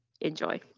enjoy